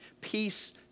peace